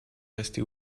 restée